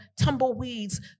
tumbleweeds